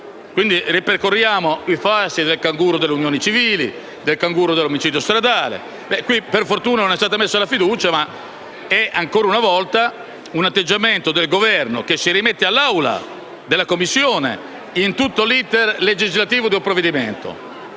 quindi, ripercorriamo i fasti del canguro delle unioni civili e del canguro dell'omicidio stradale. In questo caso, per fortuna, non è stata posta la fiducia ma, ancora una volta, il Governo si rimette all'Aula della Commissione in tutto l'*iter* legislativo del provvedimento;